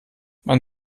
man